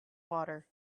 water